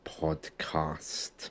podcast